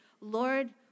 Lord